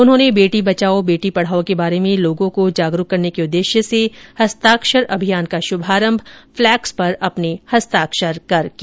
उन्होंने बेटी बचाओ बेटी पढ़ाओ के बारे में लोगों को जागरूक करने के उद्देश्य से हस्ताक्षर अभियान का शुभारंभ फ्लेक्स पर अपने हस्ताक्षर कर किया